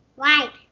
right.